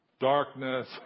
darkness